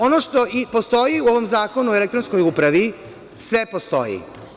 Ono što i postoji o ovom Zakonu o elektronskoj upravi, sve postoji.